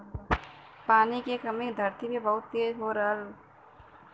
पानी के कमी धरती पे बहुत तेज हो रहल हौ